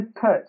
put